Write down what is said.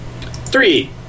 Three